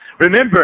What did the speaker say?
Remember